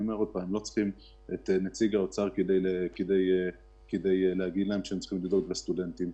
לא צריכים את נציג האוצר כדי להגיד להם שהם צריכים לדאוג לסטודנטים.